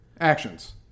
actions